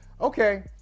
Okay